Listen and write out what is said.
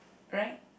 right